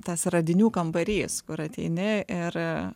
tas radinių kambarys kur ateini ir